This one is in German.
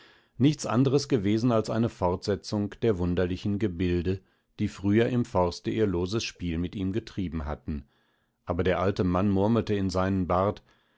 nichts andres gewesen als eine fortsetzung der wunderlichen gebilde die früher im forste ihr loses spiel mit ihm getrieben hatten aber der alte mann murmelte in seinen bart